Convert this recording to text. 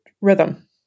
rhythm